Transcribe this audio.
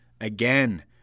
again